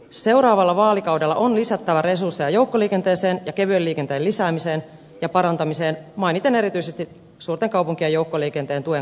seuraavalla vaalikaudella on lisättävä resursseja joukkoliikenteeseen ja kevyen liikenteen lisäämiseen ja parantamiseen mainiten erityisesti suurten kaupunkien joukkoliikenteen tuen kasvattaminen